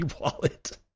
wallet